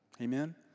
Amen